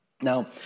Now